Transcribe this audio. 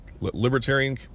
Libertarian